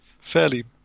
fairly